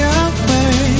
away